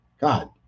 God